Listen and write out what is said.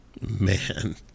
Man